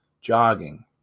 jogging